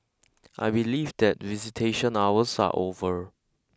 I believe that visitation hours are over